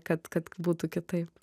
kad kad būtų kitaip